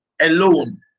alone